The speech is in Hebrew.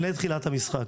לפני תחילת המשחק.